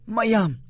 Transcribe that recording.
Mayam